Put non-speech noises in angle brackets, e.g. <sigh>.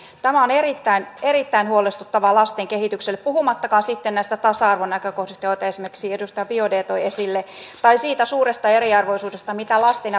tämä on erittäin erittäin huolestuttavaa lasten kehitykselle puhumattakaan sitten näistä tasa arvonäkökohdista joita esimerkiksi edustaja biaudet toi esille tai siitä suuresta eriarvoisuudesta mitä lasten <unintelligible>